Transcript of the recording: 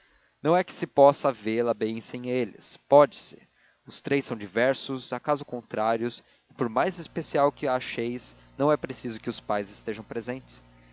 não é que se não possa vê-la bem sem eles pode-se os três são diversos acaso contrários e por mais especial que a acheis não é preciso que os pais estejam presentes